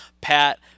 pat